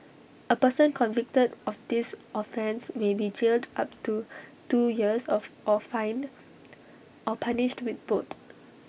A person convicted of this offence may be jailed up to two years or fined or punished with both